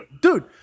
Dude